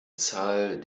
zahl